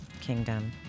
kingdom